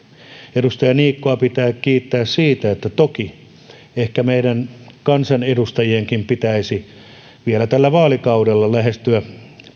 edustaja niikkoa pitää kiittää siitä että toki ehkä meidän kansanedustajienkin pitäisi vielä tällä vaalikaudella lähestyä